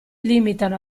limitano